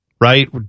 right